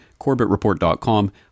CorbettReport.com